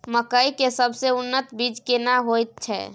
मकई के सबसे उन्नत बीज केना होयत छै?